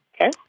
Okay